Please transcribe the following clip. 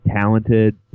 talented